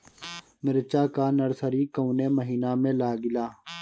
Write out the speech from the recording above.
मिरचा का नर्सरी कौने महीना में लागिला?